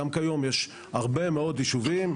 גם כיום יש הרבה מאוד ישובים.